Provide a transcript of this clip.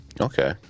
Okay